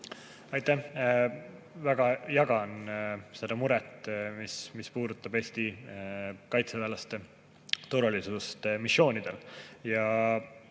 Aitäh! Ma väga jagan seda muret, mis puudutab Eesti kaitseväelaste turvalisust missioonidel.